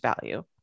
value